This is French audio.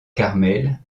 carmel